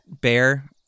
bear